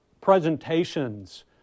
presentations